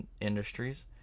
Industries